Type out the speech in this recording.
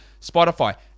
Spotify